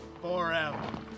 forever